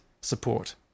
support